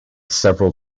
several